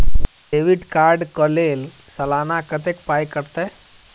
Debit card कऽ लेल सलाना कत्तेक पाई कटतै?